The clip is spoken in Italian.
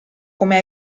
come